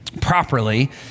properly